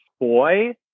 boy